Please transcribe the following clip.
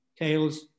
Tails